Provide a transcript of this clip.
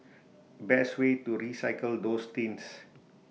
best way to recycle those tins